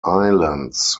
islands